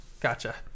Gotcha